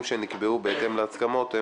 ההרכבים שנקבעו בהתאם להסכמות הם